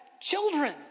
children